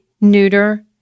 neuter